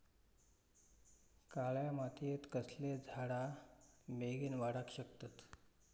काळ्या मातयेत कसले झाडा बेगीन वाडाक शकतत?